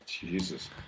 Jesus